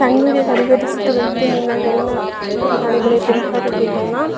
தண்ணீரை வடிக்கட்டி சுத்திகரித்து நீங்கள் என்ன நடைமுறை பின்பற்றுவீர்கள்னா